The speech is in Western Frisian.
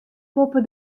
boppe